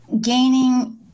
Gaining